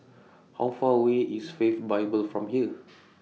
How Far away IS Faith Bible from here